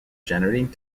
generating